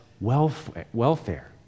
welfare